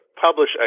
publish